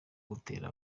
gutera